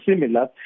similar